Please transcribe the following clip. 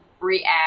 React